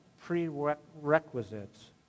prerequisites